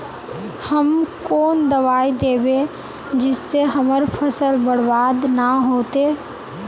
हम कौन दबाइ दैबे जिससे हमर फसल बर्बाद न होते?